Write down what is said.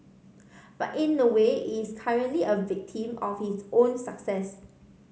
but in a way it's currently a victim of its own success